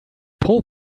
pull